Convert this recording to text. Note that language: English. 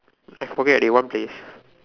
I forget already one place